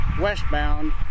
westbound